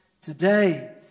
Today